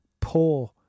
poor